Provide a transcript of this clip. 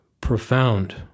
profound